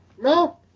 No